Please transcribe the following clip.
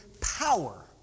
power